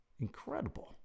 Incredible